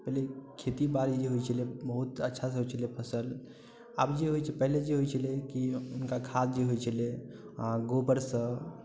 पहिले खेतीबाड़ी जे होइ छलै बहुत अच्छासँ होइ छलै फसल आब जे होइ छै पहिले जे होइ छलै कि हुनका खाद जे होइ छलै अहाँ गोबरसँ